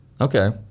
Okay